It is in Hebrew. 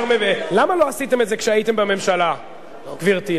למה לא עשיתם את זה כשהייתם בממשלה, גברתי?